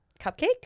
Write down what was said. cupcake